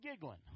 giggling